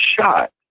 shot